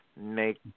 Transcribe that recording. make